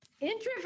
introvert